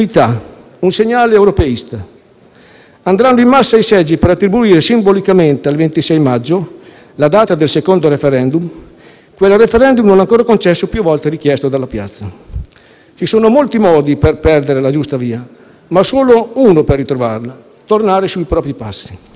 Andranno in massa ai seggi per attribuire simbolicamente al 26 maggio la data del secondo *referendum*, quel *referendum* non ancora concesso e più volte richiesto dalla piazza. Ci sono molti modi per perdere la giusta via, ma solo uno per ritrovarla: tornare sui propri passi. Un anonimo scrisse: